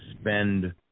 spend